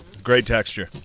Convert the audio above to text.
great texture.